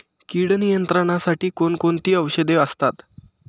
कीड नियंत्रणासाठी कोण कोणती औषधे असतात?